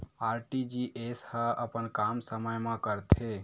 RTGS ह अपन काम समय मा करथे?